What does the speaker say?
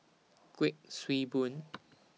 Kuik Swee Boon